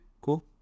Cool